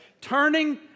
turning